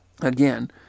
again